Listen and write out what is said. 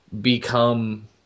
become